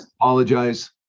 apologize